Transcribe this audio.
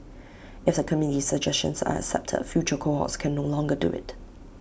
if the committee's suggestions are accepted future cohorts can no longer do IT